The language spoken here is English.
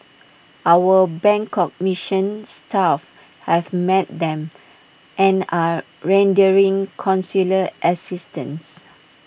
our Bangkok mission staff have met them and are rendering consular assistance